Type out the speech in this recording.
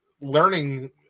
learning